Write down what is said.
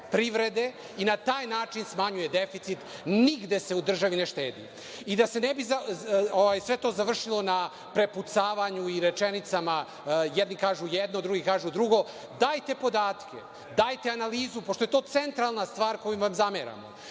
i na taj način smanjuje deficit. Nigde se u državi ne štedi. Da se ne bi sve to završilo na prepucavanju i rečenicama jedni kažu jedno, drugi kažu drugo, dajte podatke, dajte analizu, pošto je to centralna stvar koju vam zameramo.